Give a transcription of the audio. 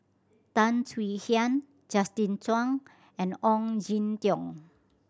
Tan Swie Hian Justin Zhuang and Ong Jin Teong